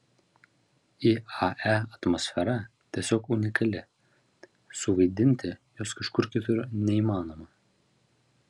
iae atmosfera tiesiog unikali suvaidinti jos kažkur kitur neįmanoma